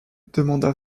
demanda